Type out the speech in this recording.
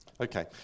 Okay